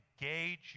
engage